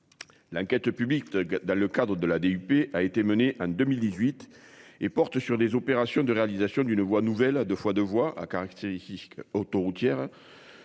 L'enquête le public dans le cadre de la DUP a été menée en 2018 et porte sur des opérations de réalisation d'une voie nouvelle à 2 fois 2 voies à caractéristiques autoroutières.